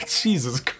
Jesus